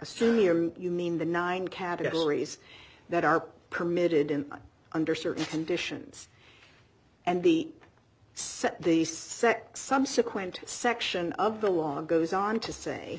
assume you mean the nine categories that are permitted and under certain conditions and the set the set subsequent section of the law goes on to say